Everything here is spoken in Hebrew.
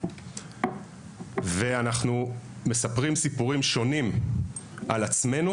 אנחנו מספרים סיפורים שונים על עצמנו